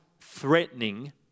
threatening